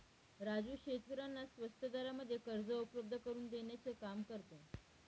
राजू शेतकऱ्यांना स्वस्त दरामध्ये कर्ज उपलब्ध करून देण्याचं काम करतो